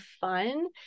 fun